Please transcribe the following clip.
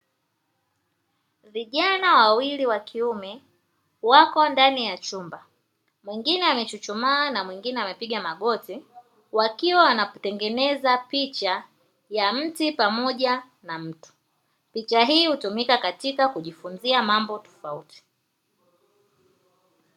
Vijana wawili wa kiume wako ndani ya chumba. Mwingine amechuchumaa na mwingine amepiga magoti, wakiwa wanatengeneza picha ya mti pamoja na mtu. Picha hii hutumika katika kujifunzia mambo tofauti.